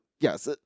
yes